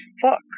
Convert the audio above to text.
Fuck